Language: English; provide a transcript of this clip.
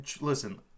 listen